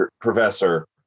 professor